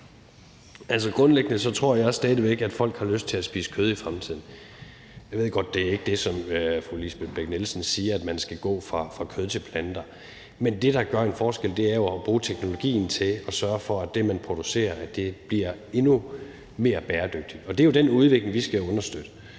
Grundlæggende tror jeg stadig væk, at folk har lyst til at spise kød i fremtiden. Jeg ved godt, at fru Lisbeth Bech-Nielsen ikke siger, at man skal gå fra kød til planter, men det, der gør en forskel, er jo at bruge teknologien til at sørge for, at det, man producerer, bliver endnu mere bæredygtigt, og det er jo den udvikling, vi skal understøtte.